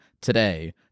today